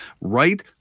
right